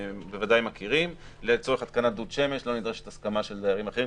בוודאי מכירים לצורך התקנת דוד שמש לא נדרשת הסכמה של דיירים אחרים,